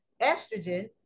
estrogen